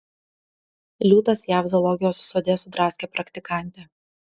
liūtas jav zoologijos sode sudraskė praktikantę